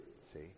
See